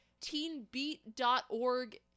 teenbeat.org